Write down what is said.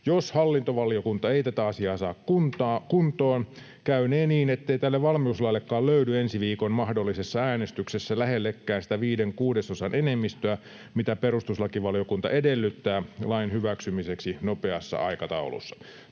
Jos hallintovaliokunta ei tätä asiaa saa kuntoon, käynee niin, ettei tälle valmiuslaillekaan löydy ensi viikon mahdollisessa äänestyksessä lähellekään sitä viiden kuudesosan enemmistöä, mitä perustuslakivaliokunta edellyttää lain hyväksymiseksi nopeassa aikataulussa.